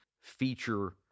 feature